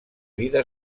vida